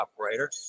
operator